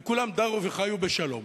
וכולם דרו וחיו בשלום,